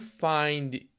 find